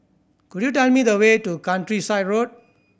could you tell me the way to Countryside Road